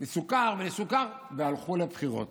הלכו לבחירות.